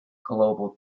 global